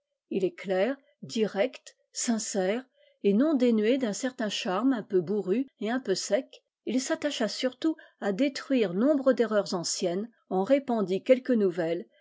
il est clair direct sincère et non dénué d'un certain charme un peu bourru et un peu sec il s'attacha surtout à détruire nombre d'erreurs anciennes en répandit quelques nouvelles